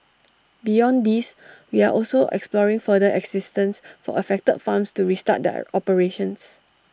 beyond these we are also exploring further assistance for affected farms to restart their operations